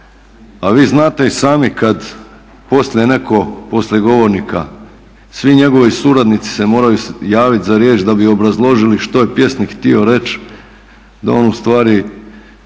A vi znate i sami kad poslije netko, poslije govornika svi njegovi suradnici se moraju javiti za riječ da bi obrazložiti što je pjesnik htio reć, da on ustvari,